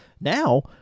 Now